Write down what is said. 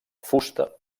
fusta